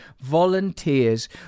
volunteers